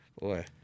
Boy